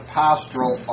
pastoral